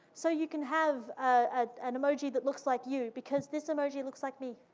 so you can have ah an emoji that looks like you, because this emoji looks like me.